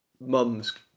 mum's